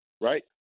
right